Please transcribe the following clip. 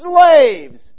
slaves